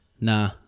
Nah